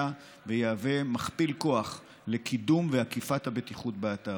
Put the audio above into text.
ויהווה מכפיל כוח לקידום ואכיפת הבטיחות באתר: